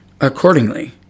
accordingly